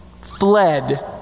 Fled